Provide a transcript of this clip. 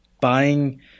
buying